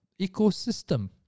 ecosystem